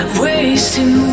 wasting